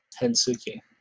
Hensuki